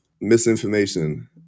misinformation